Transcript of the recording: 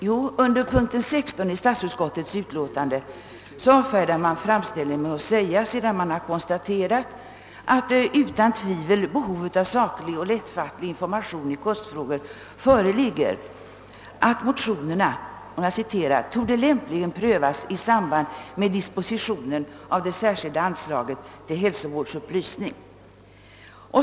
Jo, sedan statsutskottet först har konstaterat, att utan tvivel behov av saklig och lättfattlig information i kostfrågor föreligger, avfärdar utskottet under punkt 16 i utlåtandet framställningen med att uttala, att motionerna lämpligen torde »prövas i samband med dispositionen av det särskilda anslaget till hälsovårdsupplysning».